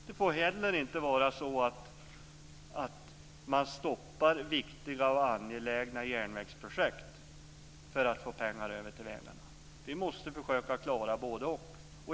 Det får inte heller vara så att man stoppar viktiga och angelägna järnvägsprojekt för att få pengar till vägarna. Vi måste försöka att klara både-och.